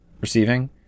receiving